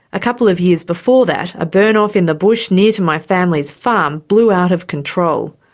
a couple of years before that, a burn off in the bush near to my family's farm blew out of control.